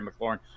McLaurin